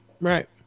Right